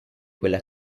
quella